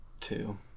two